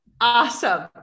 Awesome